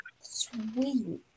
Sweet